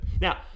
Now